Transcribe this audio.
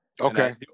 okay